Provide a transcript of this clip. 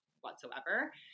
whatsoever